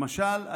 למשל,